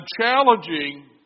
challenging